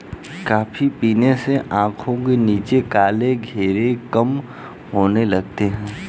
coffee पीने से आंखों के नीचे काले घेरे कम होने लगते हैं